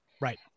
Right